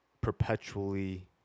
perpetually